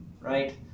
right